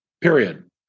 period